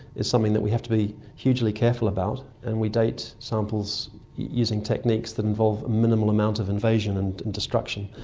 is something that we have to be hugely careful about, and we date samples using techniques that involve minimal amount of innovation and and destruction.